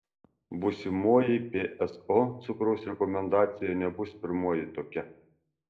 būsimoji pso cukraus rekomendacija nebus pirmoji tokia